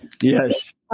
Yes